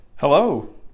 Hello